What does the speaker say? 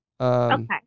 Okay